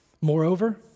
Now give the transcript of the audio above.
Moreover